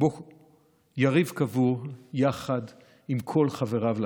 שבו יריב קבור יחד עם כל חבריו לטיסה.